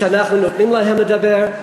אנחנו נותנים להם לדבר,